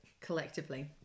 collectively